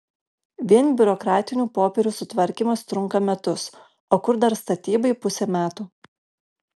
vien biurokratinių popierių sutvarkymas trunka metus o kur dar statybai pusė metų